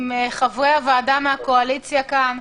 עם חברי הוועדה מהקואליציה כאן,